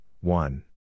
one